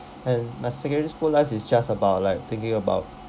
and my secondary school life is just about like thinking about